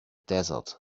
desert